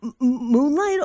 Moonlight